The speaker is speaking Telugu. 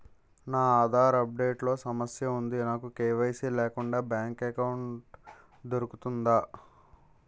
నా ఆధార్ అప్ డేట్ లో సమస్య వుంది నాకు కే.వై.సీ లేకుండా బ్యాంక్ ఎకౌంట్దొ రుకుతుందా?